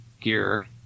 gear